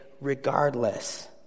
regardless